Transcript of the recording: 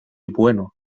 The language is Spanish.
bueno